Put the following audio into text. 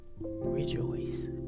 rejoice